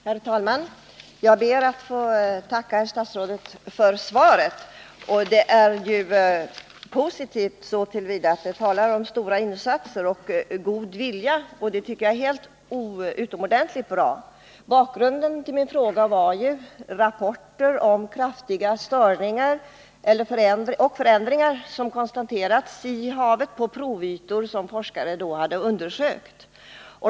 Herr talman! Jag ber att få tacka statsrådet för svaret. Det är positivt så till vida att han talar om stora insatser och god vilja, och det är utomordentligt bra. Bakgrunden till min fråga var rapporter om kraftiga störningar och förändringar, som konstaterats i havet på provytor, som forskare hade undersökt.